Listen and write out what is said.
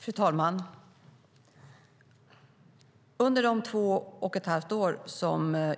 Fru talman! Under de två och ett halvt år